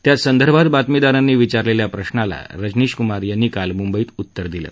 त्यासंदर्भात बातमीदारांनी विचारलेल्या प्रशाला रजनीश कुमार काल मुंबईत उत्तर देत दिलं